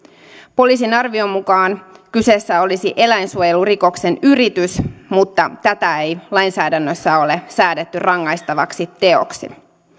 poliisin arvion mukaan kyseessä olisi eläinsuojelurikoksen yritys mutta tätä ei lainsäädännössä ole säädetty rangaistavaksi teoksi